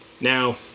Now